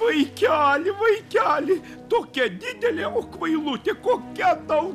vaikeli vaikeli tokia didelė kvailutė kokia tau